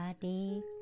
body